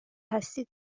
هستید